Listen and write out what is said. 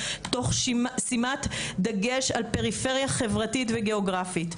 תוך שימת דגש על פריפריה חברתית וגיאוגרפית.